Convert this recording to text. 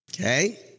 Okay